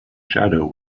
shadow